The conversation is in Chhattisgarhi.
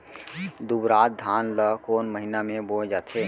दुबराज धान ला कोन महीना में बोये जाथे?